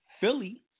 Philly